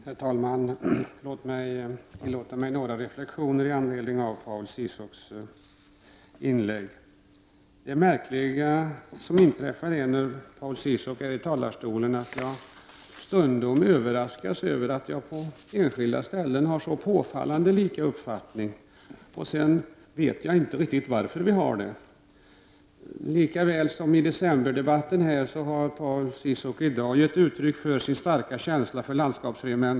Herr talman! Låt mig tillåta mig några reflektioner i anledning av Paul Ciszuks inlägg. Det märkliga inträffar när Paul Ciszuk står i talarstolen, att jag stundom överraskas av att vi på enskilda områden har så påfallande lika uppfattning. Och jag vet inte riktigt varför. Likaväl som i decemberdebatten har Paul Ciszuk i dag givit uttryck för sin starka känsla för landskapsregementena.